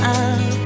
up